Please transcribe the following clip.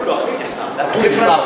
אוקלידס.